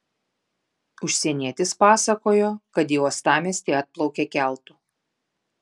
užsienietis pasakojo kad į uostamiestį atplaukė keltu